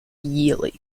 yearly